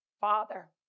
father